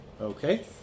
Okay